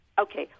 Okay